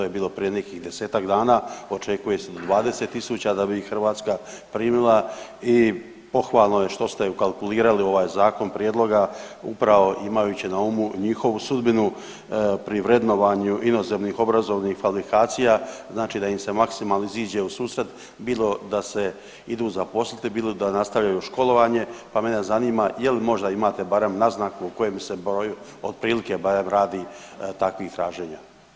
To je bilo nekih 10-ak dana, očekuje se 20.000 da bi Hrvatska primila i pohvalno je što ste ukalkulirati ovaj zakon prijedloga upravo imajući na umu njihovu sudbinu pri vrednovanju inozemnih obrazovnih kvalifikacija znači da im se maksimalno iziđe u susret bilo da se idu zaposliti, bilo da nastave školovanje, pa mene zanima je li možda imate barem naznaku o kojem se broju otprilike barem radi takvih traženja.